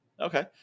Okay